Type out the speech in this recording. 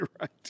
right